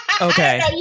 Okay